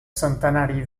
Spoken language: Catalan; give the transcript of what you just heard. centenari